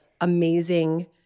amazing